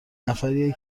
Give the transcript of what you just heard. نفریه